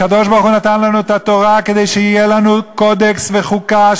הקדוש-ברוך-הוא נתן לנו את התורה כדי שיהיה לנו קודקס וחוקה,